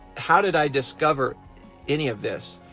how did i discover any of this?